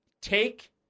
take